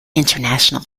international